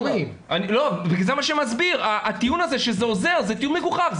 הטיעון הזה, מגוחך.